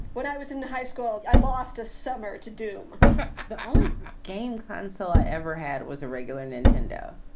when i was in high school, i lost a summer to do the only game console i ever had was a regular nintendo.